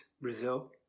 Brazil